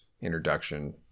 introduction